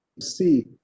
See